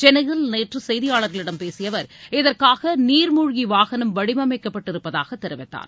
சென்னையில் நேற்று செய்தியாளர்களிடம் பேசிய அவர் இதற்காக நீர்மூழ்கி வாகனம் வடிவமைக்கப்பட்டிருப்பதாக தெரிவித்தார்